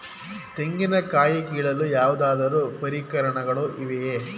ತೆಂಗಿನ ಕಾಯಿ ಕೀಳಲು ಯಾವುದಾದರು ಪರಿಕರಗಳು ಇವೆಯೇ?